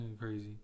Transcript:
crazy